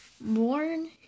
born